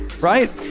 right